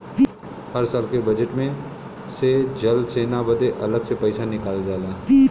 हर साल के बजेट मे से जल सेना बदे अलग से पइसा निकालल जाला